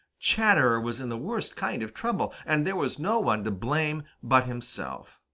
chatterer was in the worst kind of trouble, and there was no one to blame but himself.